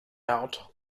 out